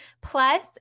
plus